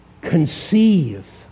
conceive